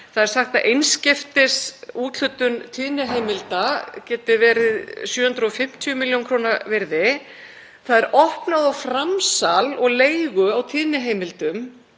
Það er sagt að einskiptisúthlutun tíðniheimilda geti verið 750 millj. kr. virði. Það er opnað á framsal og leigu á tíðniheimildum